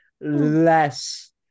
less